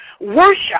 worship